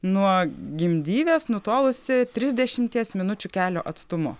nuo gimdyvės nutolusi trisdešimties minučių kelio atstumu